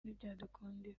ntibyadukundira